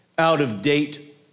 out-of-date